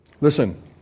Listen